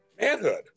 Manhood